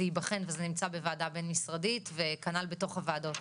ייבחן וזה נמצא בוועדה בין משרדית וכנ"ל בתוך הוועדות,